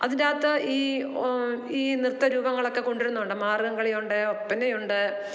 അതിൻ്റെ അകത്ത് ഈ ഈ നൃത്തരൂപങ്ങളൊക്കെ കൊണ്ടുവരുന്നുണ്ട് മാർഗംകളി ഉണ്ട് ഒപ്പനയുണ്ട്